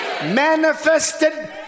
manifested